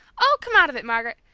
oh, come out of it, marg'ret!